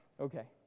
Okay